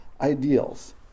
ideals